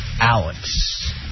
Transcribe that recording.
Alex